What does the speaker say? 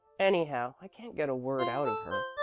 anyhow, i can't get a word out of her.